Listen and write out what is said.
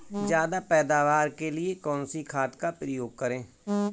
ज्यादा पैदावार के लिए कौन सी खाद का प्रयोग करें?